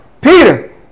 Peter